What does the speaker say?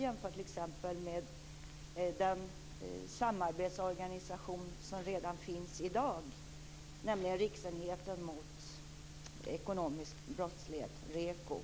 Man kan t.ex. jämföra med den samarbetsorganisation som redan finns i dag, nämligen Riksenheten mot ekonomisk brottslighet, REKO.